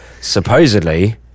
supposedly